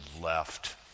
left